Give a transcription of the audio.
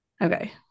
Okay